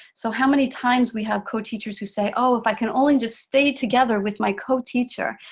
so how many times we have co-teachers who say oh, if i can only just stay together with my co-teacher,